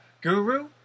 guru